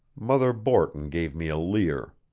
mother borton gave me a leer.